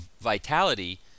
vitality